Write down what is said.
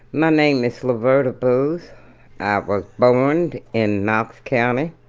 my name is lueverda boose i was born and in knox county,